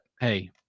hey